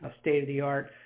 state-of-the-art